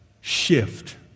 shift